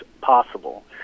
possible